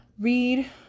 read